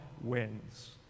wins